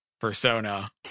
persona